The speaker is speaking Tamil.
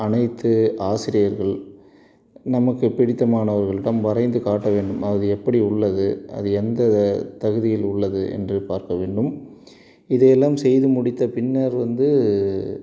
அனைத்து ஆசிரியர்கள் நமக்கு பிடித்தமானவர்களிடம் வரைந்து காட்ட வேண்டும் அது எப்படி உள்ளது அது எந்த தகுதியில் உள்ளது என்று பார்க்க வேண்டும் இதையெல்லாம் செய்து முடித்த பின்னர் வந்து